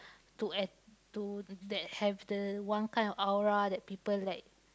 to at~ to that have the one kind of aura that people like